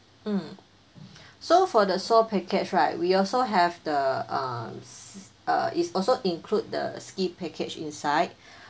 mm so for the seoul package right we also have the um s~ it's also include the ski package inside